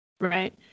Right